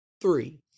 three